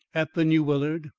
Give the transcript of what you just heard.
at the new willard.